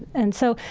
and so,